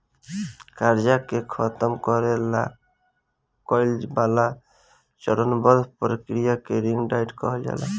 कर्जा के खतम करे ला कइल जाए वाला चरणबद्ध प्रक्रिया के रिंग डाइट कहल जाला